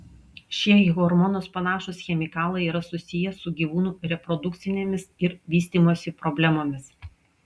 šie į hormonus panašūs chemikalai yra susiję su gyvūnų reprodukcinėmis ir vystymosi problemomis